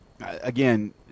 Again